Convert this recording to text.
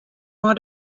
mei